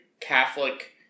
Catholic